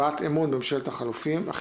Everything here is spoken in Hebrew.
8.הצבעה על הבעת אמון בממשלת החילופים.